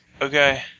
Okay